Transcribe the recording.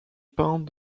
peints